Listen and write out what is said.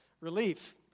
relief